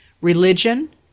religion